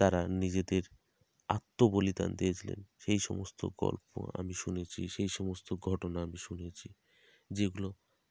তারা নিজেদের আত্মবলিদান দিয়েছিলেন সেই সমস্ত গল্প আমি শুনেছি সেই সমস্ত ঘটনা আমি শুনেছি যেগুলো